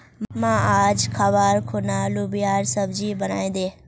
मां, आइज खबार खूना लोबियार सब्जी बनइ दे